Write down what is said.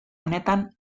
honetan